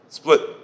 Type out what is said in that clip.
split